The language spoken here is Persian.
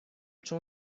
چون